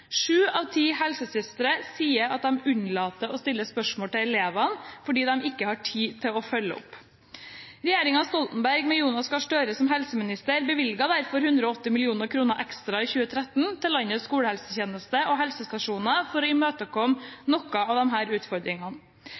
Sju av ti helsesøstre sier at de unnlater å stille spørsmål til elevene, fordi de ikke har tid til å følge opp. Regjeringen Stoltenberg, med Jonas Gahr Støre som helseminister, bevilget derfor 180 mill. kr ekstra i 2013 til landets skolehelsetjeneste og helsestasjoner for å imøtekomme noen av disse utfordringene.